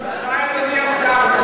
סגן שר בדרך, אני מציע לעשות